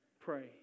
Pray